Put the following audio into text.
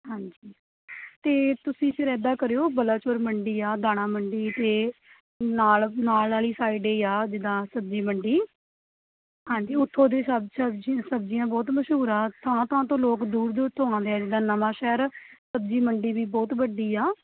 ਹਾਂਜੀ ਅਤੇ ਤੁਸੀਂ ਫਿਰ ਇੱਦਾਂ ਕਰਿਓ ਬਲਾਚੌਰ ਮੰਡੀ ਆ ਦਾਣਾ ਮੰਡੀ ਅਤੇ ਨਾਲ ਨਾਲ ਵਾਲੀ ਸਾਈਡ ਹੈ ਆ ਜਿੱਦਾਂ ਸਬਜ਼ੀ ਮੰਡੀ ਹਾਂਜੀ ਉਥੋਂ ਦੀ ਸਬ ਸਬਜ਼ੀ ਸਬਜ਼ੀਆਂ ਬਹੁਤ ਮਸ਼ਹੂਰ ਆ ਥਾਂ ਥਾਂ ਤੋਂ ਲੋਕ ਦੂਰ ਦੂਰ ਤੋਂ ਆਉਂਦੇ ਆ ਜਿੱਦਾਂ ਨਵਾਂਸ਼ਹਿਰ ਸਬਜ਼ੀ ਮੰਡੀ ਵੀ ਬਹੁਤ ਵੱਡੀ ਆ